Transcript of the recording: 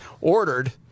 ordered